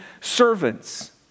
servants